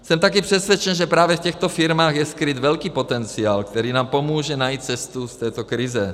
Jsem taky přesvědčen, že právě v těchto firmách je skryt velký potenciál, který nám pomůže najít cestu z této krize.